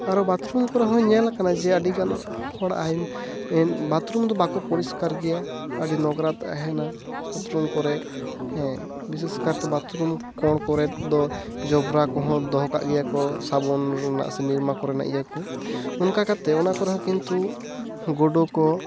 ᱟᱨᱚ ᱵᱟᱫᱨᱩᱢ ᱠᱚᱨᱮ ᱦᱚᱸ ᱧᱮᱞ ᱟᱠᱟᱱᱟ ᱡᱮ ᱟᱹᱰᱤ ᱜᱟᱱ ᱦᱚᱲᱟᱜ ᱵᱟᱛᱨᱩᱢ ᱫᱚ ᱵᱟᱠᱚ ᱯᱚᱨᱤᱥᱠᱟᱨ ᱜᱮᱭᱟ ᱟᱹᱰᱤ ᱱᱚᱝᱨᱟ ᱛᱟᱦᱮᱱᱟ ᱵᱟᱛᱨᱩᱢ ᱠᱚᱨᱮ ᱦᱮᱸ ᱵᱤᱥᱮᱥ ᱠᱟᱨᱛᱮ ᱵᱟᱛᱨᱩᱢ ᱠᱚᱸᱬ ᱠᱚᱨᱮ ᱫᱚ ᱡᱚᱵᱽᱨᱟ ᱠᱚᱦᱚᱸ ᱫᱚᱦᱚ ᱠᱟᱜ ᱜᱮᱭᱟ ᱠᱚ ᱥᱟᱵᱚᱱ ᱨᱮᱱᱟᱜ ᱥᱮ ᱱᱤᱨᱢᱟ ᱠᱚᱨᱮᱱᱟᱜ ᱤᱴᱭᱟᱹ ᱠᱚ ᱚᱱᱠᱟ ᱠᱟᱛᱮ ᱚᱱᱟ ᱠᱚᱨᱮ ᱦᱚᱸ ᱠᱤᱱᱛᱩ ᱜᱩᱰᱩ ᱠᱚ